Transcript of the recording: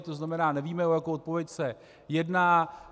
To znamená, nevíme, o jakou odpověď se jedná.